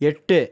எட்டு